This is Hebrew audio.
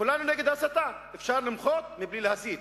כולנו נגד הסתה, אפשר למחות מבלי להסית,